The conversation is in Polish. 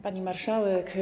Pani Marszałek!